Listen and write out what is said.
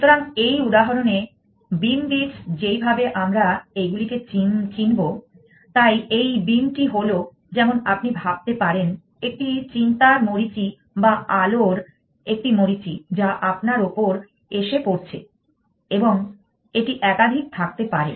সুতরাং এই উদাহরণে বীম বিটস যেইভাবে আমরা এগুলিকে চিনব তাই এই বীমটি হলো যেমন আপনি ভাবতে পারেন একটি চিন্তার মরীচি বা আলোর একটি মরীচি যা আপনার ওপর এসে পড়ছে এবং এটি একাধিক থাকতে পারে